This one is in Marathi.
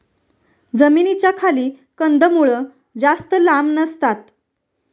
जमिनीच्या खाली कंदमुळं जास्त लांब नसतात